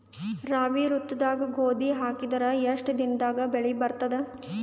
ರಾಬಿ ಋತುದಾಗ ಗೋಧಿ ಹಾಕಿದರ ಎಷ್ಟ ದಿನದಾಗ ಬೆಳಿ ಬರತದ?